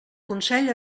consell